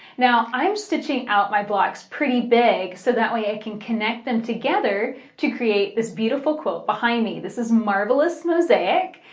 now i'm stitching out my blocks pretty big so that way i can connect them together to create this beautiful quilt behind me. this is marvelous mosaic.